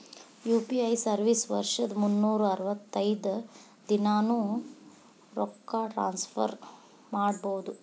UPI service ವರ್ಷದ್ ಮುನ್ನೂರ್ ಅರವತ್ತೈದ ದಿನಾನೂ ರೊಕ್ಕ ಟ್ರಾನ್ಸ್ಫರ್ ಮಾಡ್ಬಹುದು